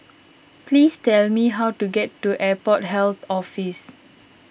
please tell me how to get to Airport Health Office